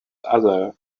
other